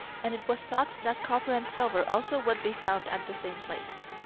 and it was thought that copper and silver also would be found at the same place.